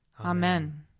Amen